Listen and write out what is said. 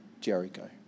Jericho